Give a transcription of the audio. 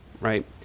Right